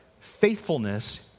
faithfulness